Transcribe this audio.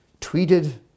tweeted